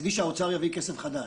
מצידי שהאוצר יביא כסף חדש,